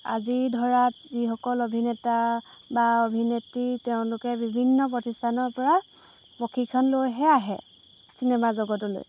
আজি ধৰাত যিসকল অভিনেতা বা অভিনেত্ৰী তেওঁলোকে বিভিন্ন প্ৰতিষ্ঠানৰ পৰা প্ৰশিক্ষণ লৈহে আহে চিনেমা জগতলৈ